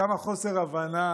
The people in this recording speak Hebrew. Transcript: כמה חוסר הבנה